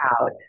out